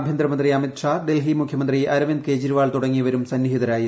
ആഭ്യന്തരമന്ത്രി അമിത് ഷാ ഡൽഹി മുഖ്യമന്ത്രി അരവിന്ദ് കേജ്രിവാൾ തുടങ്ങിയവരും സന്നിഹിത രായിരുന്നു